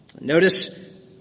Notice